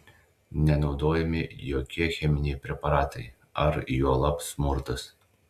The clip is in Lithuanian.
nenaudojami jokie cheminiai preparatai ar juolab smurtas